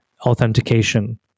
authentication